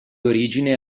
origine